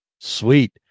sweet